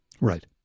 Right